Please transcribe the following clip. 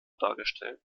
dargestellt